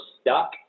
stuck